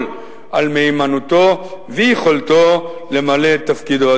על מהימנותו ויכולתו למלא את תפקידו".